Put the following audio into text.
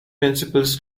principles